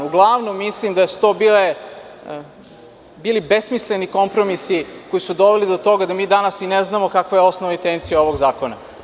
Uglavnom mislim da su to bili besmisleni kompromisi koji su doveli do toga da mi danas i ne znamo kakva je osnovna intencija ovog zakona.